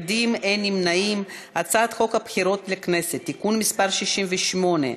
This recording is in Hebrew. את הצעת חוק הבחירות לכנסת (תיקון מס' 68)